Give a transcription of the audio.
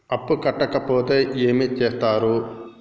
అప్పు కట్టకపోతే ఏమి చేత్తరు?